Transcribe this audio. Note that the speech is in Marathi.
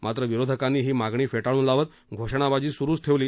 मात्र विरोधकांनी ही मागणी फेटाळून लावत घोषणाबाजी सुरूच ठेवली